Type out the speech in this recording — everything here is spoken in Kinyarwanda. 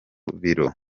biro